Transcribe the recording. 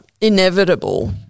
inevitable